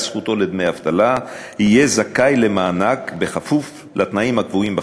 זכותו לדמי אבטלה יהיה זכאי למענק בכפוף לתנאים הקבועים בחוק.